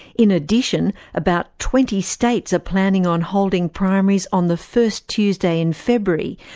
in addition, about twenty states are planning on holding primaries on the first tuesday in february,